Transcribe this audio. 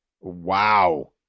Wow